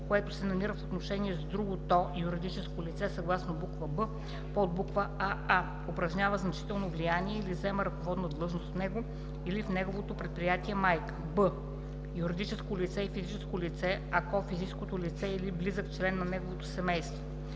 което се намира в отношения с другото юридическо лице съгласно буква „б“, подбуква „аа“, упражнява значително влияние или заема ръководна длъжност в него или в неговото предприятие майка; б) юридическо лице и физическо лице, ако физическото лице или близък член на неговото семейство: